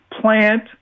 plant